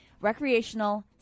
recreational